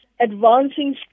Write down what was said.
advancing